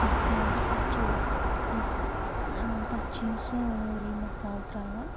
کیٛازِ تَتھ چھُ أسۍ تَتھ چھِ یِم سٲری مَصال ترٛاوان